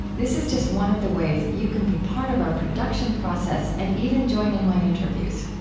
this is just one of the ways you can be part of our production process and even join in my interviews.